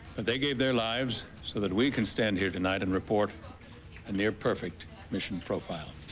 but they gave their lives so that we can stand here tonight and report a near-perfect ssion profile.